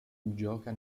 gioca